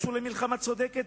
יצאנו למלחמה צודקת,